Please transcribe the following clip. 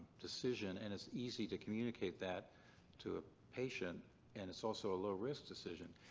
decision and it's easy to communicate that to a patient and it's also a low risk decision.